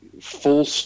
Full